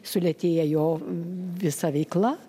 sulėtėja jo visa veikla